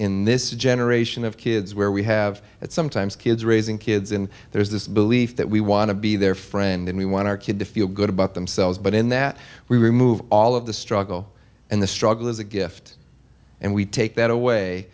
in this generation of kids where we have that sometimes kids raising kids and there's this belief that we want to be their friend and we want our kid to feel good about themselves but in that we remove all of the struggle and the struggle is a gift and we take that away